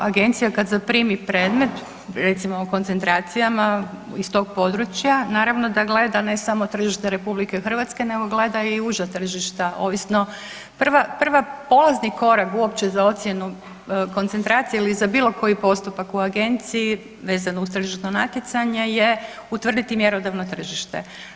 Pa agencija kad zaprimi predmet, recimo o koncentracijama iz tog područja, naravno da gleda ne samo tržište RH nego gleda i uže tržišta, ovisno, prvi polazni korak uopće za ocjenu koncentracije ili za bilokoji postupak u agenciji vezano uz tržišno natjecanje je utvrditi mjerodavno tržište.